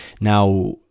Now